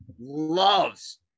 loves